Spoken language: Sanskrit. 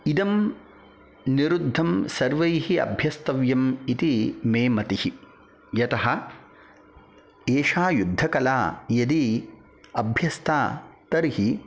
इदं निरुद्धं सर्वैः अभ्यस्तव्यम् इति मे मतिः यतः एषा युद्धकला यदि अभ्यस्ता तर्हि